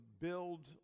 build